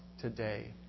today